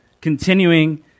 continuing